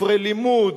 ספרי לימוד,